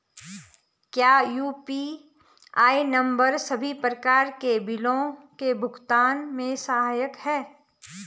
क्या UPI number सभी प्रकार के बिलों के भुगतान में सहायक हैं?